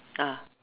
ah